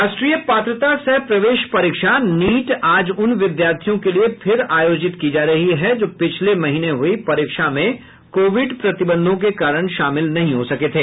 राष्ट्रीय पात्रता सह प्रवेश परीक्षा नीट आज उन विद्यार्थियों के लिए फिर आयोजित की जा रही है जो पिछले महीने हुई परीक्षा में कोविड प्रतिबंधों के कारण शामिल नहीं हो सके थे